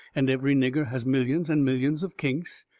and every nigger has millions and millions of kinks,